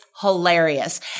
hilarious